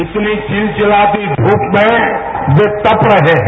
इतनी चिलचिलाती ध्रम में वह तप रहे हैं